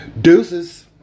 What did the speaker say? Deuces